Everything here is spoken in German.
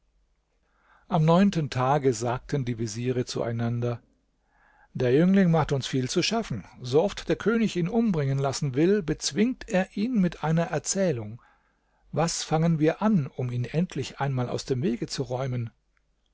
am neunten tage sagten die veziere zueinander der jüngling macht uns viel zu schaffen sooft der könig ihn umbringen lassen will bezwingt er ihn mit einer erzählung was fangen wir an um ihn endlich einmal aus dem wege zu räumen